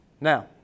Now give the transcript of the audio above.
Now